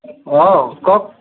অঁ কওক